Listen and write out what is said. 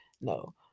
No